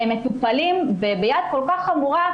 הם מטופלים ביד כל כך חמורה,